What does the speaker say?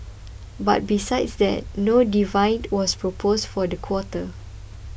but besides that no dividend was proposed for the quarter